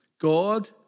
God